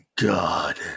God